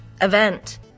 event